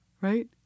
right